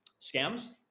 scams